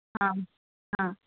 हां हां